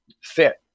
fit